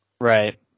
Right